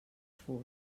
fosc